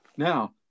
Now